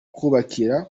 kubakira